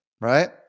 right